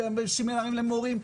וסמינרים למורים.